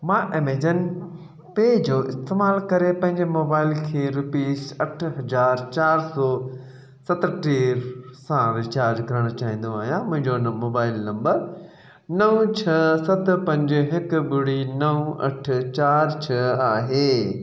मां एमेजन पे जो इस्तेमालु करे पंहिंजे मोबाइल खे रुपीस अठ हज़ार चारि सौ सतटीह सां रिचार्ज करणु चाहींदो आहियां मुंहिंजो न मोबाइल नम्बर नव छह सत पंज हिकु ॿुड़ी नव अठ चारि छह आहे